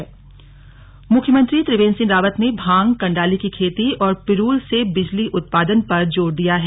CM Rudraprayag मुख्यमंत्री त्रिवेंद्र सिंह रावत ने भांग कण्डाली की खेती और पिरूल से बिजली उत्पादन पर जोर दिया है